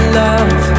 love